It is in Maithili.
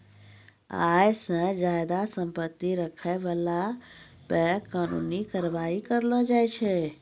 आय से ज्यादा संपत्ति रखै बाला पे कानूनी कारबाइ करलो जाय छै